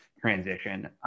transition